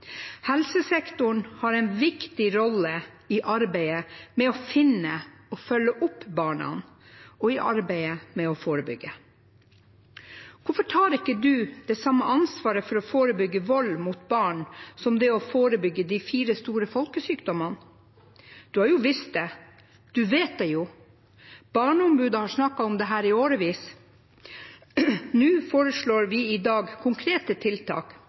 Helsesektoren har en viktig rolle i arbeidet med å finne og følge opp barna og i arbeidet med å forebygge. Hvorfor tar du ikke det samme ansvaret for å forebygge vold mot barn som for å forebygge de fire store folkesykdommene? Du har jo visst det. Du vet det jo. Barneombudet har snakket om dette i årevis. Nå foreslår vi i dag konkrete tiltak